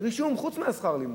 רישום, חוץ משכר הלימוד.